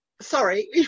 Sorry